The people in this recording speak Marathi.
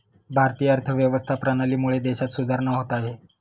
भारतीय अर्थव्यवस्था प्रणालीमुळे देशात सुधारणा होत आहे